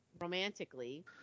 romantically